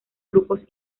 grupos